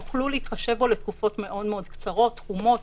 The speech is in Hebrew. תוכלו להתחשב בו לתקופות מאוד קצרות ותחומות